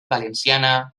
valenciana